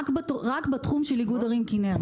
רק בתחום של איגוד ערים כנרת.